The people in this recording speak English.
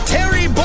Terry